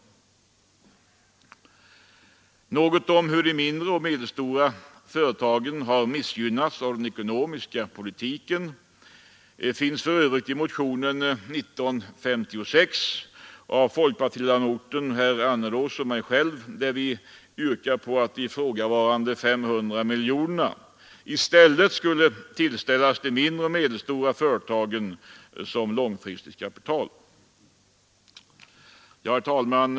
Nr 99 Något om hur de mindre och medelstora företagen har missgynnats av den ekonomiska politiken finns för övrigt beskrivet av folkpartiledamoten herr Annerås och mig själv i motionen 1956, där vi yrkar på att de 227 ifrågavarande 500 miljonerna i stället skall tillställas de mindre och Allmänna pensionsmedelstora företagen såsom långfristigt kapital. fondens förvaltning, Herr talman!